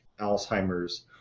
Alzheimer's